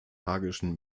magischen